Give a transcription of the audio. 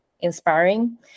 inspiring